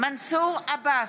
מנסור עבאס,